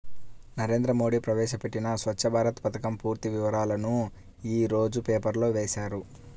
నరేంద్ర మోడీ ప్రవేశపెట్టిన స్వఛ్చ భారత్ పథకం పూర్తి వివరాలను యీ రోజు పేపర్లో వేశారు